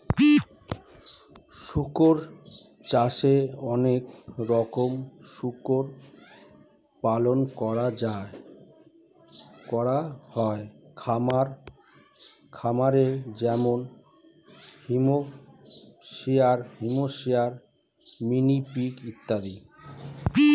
শুকর চাষে অনেক রকমের শুকরের পালন করা হয় খামারে যেমন হ্যাম্পশায়ার, মিনি পিগ ইত্যাদি